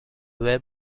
web